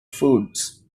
foods